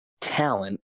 talent